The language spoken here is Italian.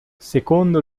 secondo